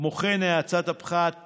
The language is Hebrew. כמו כן, האצת הפחת